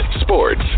sports